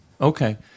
Okay